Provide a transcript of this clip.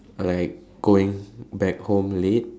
like going back home late